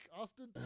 Austin